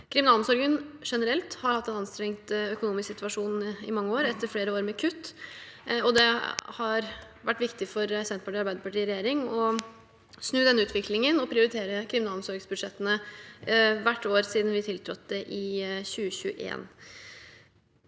Kriminalomsorgen generelt har hatt en anstrengt økonomisk situasjon i mange år, etter flere år med kutt. Det har vært viktig for Senterpartiet og Arbeiderpartiet i regjering å snu denne utviklingen og prioritere kvinneomsorgsbudsjettene hvert år siden vi tiltrådte i 2021.